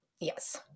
Yes